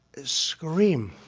scream,